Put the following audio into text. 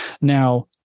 Now